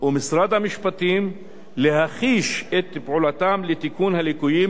ומשרד המשפטים להחיש את פעולתם לתיקון הליקויים,